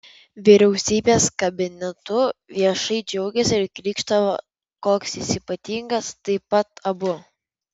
vyriausybės kabinetu viešai džiaugėsi ir krykštavo koks jis ypatingas taip pat abu